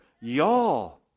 Y'all